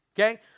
okay